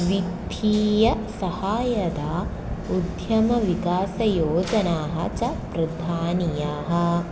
वित्तीयसहायता उद्यमविकासयोजनाः च प्रधानीयाः